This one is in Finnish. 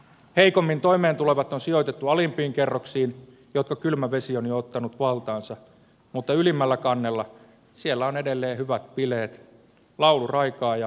heikoimmin toimeentulevat on sijoitettu alimpiin kerroksiin jotka kylmä vesi on jo ottanut valtaansa mutta ylimmällä kannella on edelleen hyvät bileet laulu raikaa ja tarjoilu pelaa